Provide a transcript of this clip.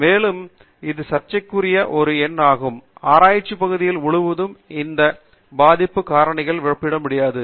மேலும் இது சர்ச்சைக்குரிய ஒரு எண் ஆகும் ஆராய்ச்சி பகுதிகள் முழுவதும் இந்த பாதிப்பு காரணிகளை ஒப்பிட முடியாது